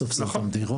בסוף זה גם דירות.